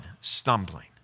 stumbling